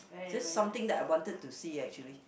this something that I wanted to see actually